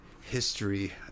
history